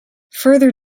further